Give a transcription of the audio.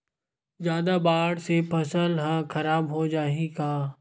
जादा बाढ़ से फसल ह खराब हो जाहि का?